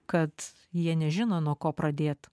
kad jie nežino nuo ko pradėt